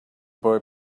boy